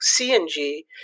CNG